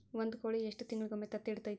ಒಂದ್ ಕೋಳಿ ಎಷ್ಟ ತಿಂಗಳಿಗೊಮ್ಮೆ ತತ್ತಿ ಇಡತೈತಿ?